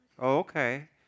okay